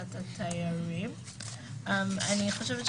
אחרי זה,